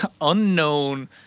unknown